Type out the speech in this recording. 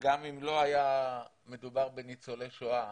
גם אם לא היה מדובר בניצולי שואה,